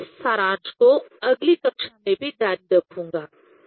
मैं इस सारांश को अगली कक्षा में भी जारी रखूंगा